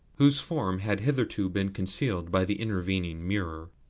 whose form had hitherto been concealed by the intervening mirror.